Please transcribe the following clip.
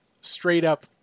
straight-up